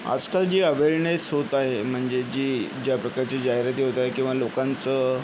आजकाल जे अवेअरनेस होत आहे म्हणजे जी ज्या प्रकारच्या जाहिराती होत आहेत किंवा लोकांचं